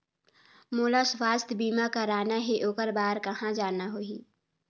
मोला स्वास्थ बीमा कराना हे ओकर बार कहा जाना होही?